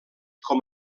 com